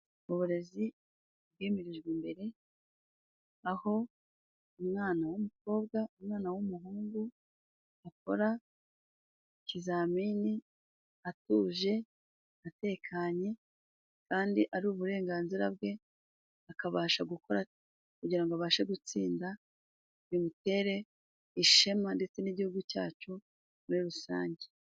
Mu burezi bwimirijwe imbere aho umwana w'umukobwa, umwana w'umuhungu akora ikizamini atuje, atekanye kandi ari uburenganzira bwe akabasha gukora kugira ngo abashe gutsinda bimutere ishema ndetse n'igihugu cyacu muri rusange.